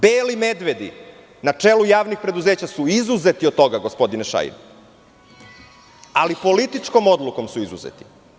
Beli medvedi na čelu javnih preduzeća su izuzeti od toga, gospodine Šajn, ali političkom odlukom su izuzeti.